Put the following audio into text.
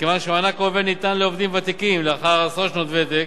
מכיוון שמענק היובל ניתן לעובדים ותיקים לאחר עשרות שנות ותק,